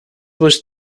was